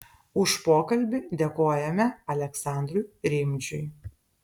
už pokalbį dėkojame aleksandrui rimdžiui